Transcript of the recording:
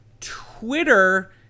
Twitter